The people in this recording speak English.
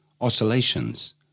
oscillations